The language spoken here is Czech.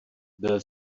byl